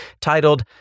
titled